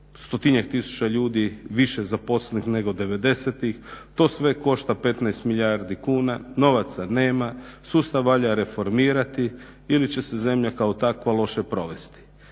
stotinjak tisuća ljudi više zaposlenih nego devedesetih. To sve košta 15 milijardi kuna, novaca nema, sustav valja reformirati ili će se zemlja kao takva loše provesti.